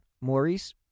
Maurice